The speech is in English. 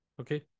Okay